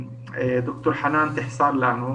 ד"ר חנאן תחסר לנו,